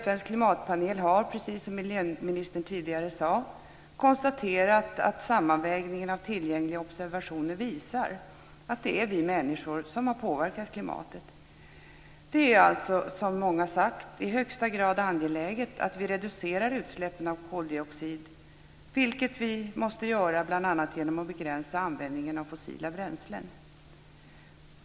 FN:s klimatpanel har, precis som miljöministern tidigare sade, konstaterat att sammanvägningen av tillgängliga observationer visar att det är vi människor som har påverkat klimatet. Det är alltså, som många sagt, i högsta grad angeläget att vi reducerar utsläppen av koldioxid, vilket vi måste göra bl.a. genom att begränsa användningen av fossila bränslen.